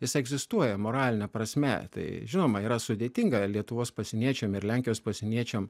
jis egzistuoja moraline prasme tai žinoma yra sudėtinga lietuvos pasieniečiam ir lenkijos pasieniečiam